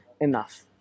Enough